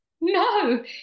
No